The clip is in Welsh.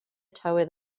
tywydd